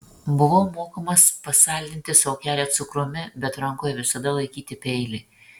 buvau mokomas pasaldinti sau kelią cukrumi bet rankoje visada laikyti peilį